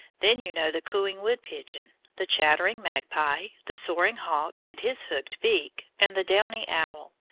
then you know the cooing wood-pigeon, the chattering magpie, the soaring hawk and his hooked beak, and the downy owl.